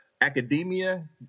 academia